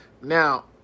Now